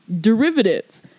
derivative